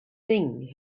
thing